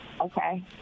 Okay